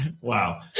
wow